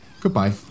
Goodbye